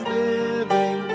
living